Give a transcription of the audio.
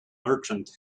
merchant